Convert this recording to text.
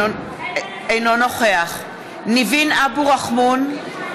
אינו נוכח ניבין אבו רחמון,